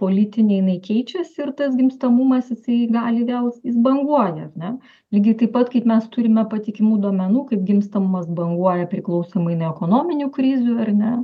politinė jinai keičiasi ir tas gimstamumas jisai gali vėl jis banguoja ar ne lygiai taip pat kaip mes turime patikimų duomenų kaip gimstamumas banguoja priklausomai nuo ekonominių krizių ar ne